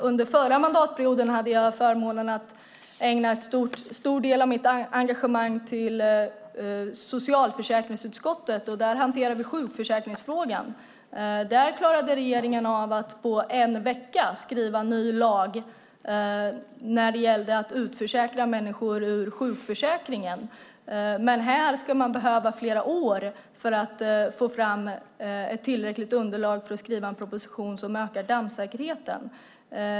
Under förra mandatperioden hade jag förmånen att ägna en stor del av mitt engagemang åt socialförsäkringsutskottet. Där hanterar vi sjukförsäkringsfrågan. Där klarade regeringen av att på en vecka skriva ny lag när det gällde att utförsäkra människor ur sjukförsäkringen. Men här ska man behöva flera år för att få fram ett tillräckligt underlag för att skriva en proposition som ökar dammsäkerheten.